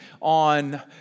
on